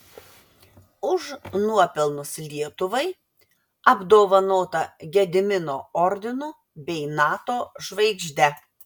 už nuopelnus lietuvai apdovanota gedimino ordinu bei nato žvaigžde